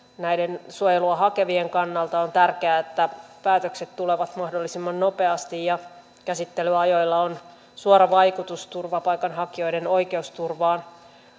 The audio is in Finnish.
näiden suojelua hakevien kannalta on tärkeää että päätökset tulevat mahdollisimman nopeasti ja käsittelyajoilla on suora vaikutus turvapaikanhakijoiden oikeusturvaan